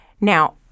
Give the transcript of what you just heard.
Now